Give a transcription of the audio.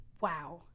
wow